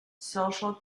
social